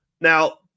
Now